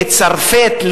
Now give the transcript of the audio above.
לצרפת,